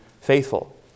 faithful